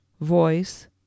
voice